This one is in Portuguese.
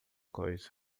coisa